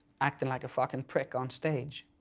acting like a fucking prick on stage,